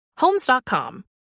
homes.com